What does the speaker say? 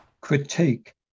critique